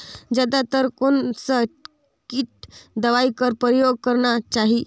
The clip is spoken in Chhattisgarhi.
जादा तर कोन स किट दवाई कर प्रयोग करना चाही?